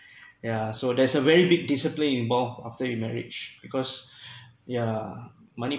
yeah so there's a very big discipline in both after you marriage because yeah money